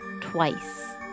Twice